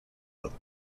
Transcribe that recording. other